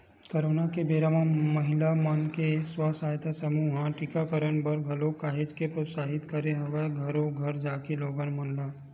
corona के बेरा म महिला मन के स्व सहायता समूह ह टीकाकरन बर घलोक काहेच के प्रोत्साहित करे हवय घरो घर जाके लोगन मन ल